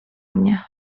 mnie